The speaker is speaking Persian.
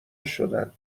شدن